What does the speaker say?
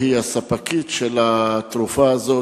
שהיא הספקית של התרופה הזאת,